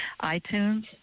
iTunes